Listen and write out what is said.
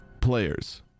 players